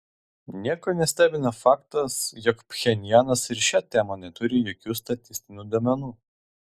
nieko nestebina faktas jog pchenjanas ir šia tema neturi jokių statistinių duomenų